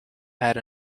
had